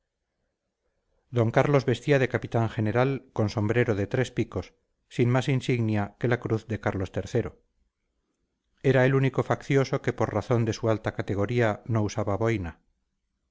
d carlos vestía de capitán general con sombrero de tres picos sin más insignia que la cruz de carlos iii era el único faccioso que por razón de su alta categoría no usaba boina